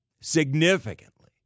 significantly